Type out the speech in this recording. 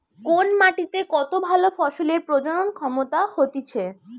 কোন মাটিতে কত ভালো ফসলের প্রজনন ক্ষমতা হতিছে